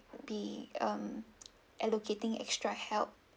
be um allocating extra help